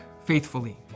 faithfully